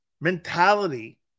mentality